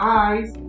eyes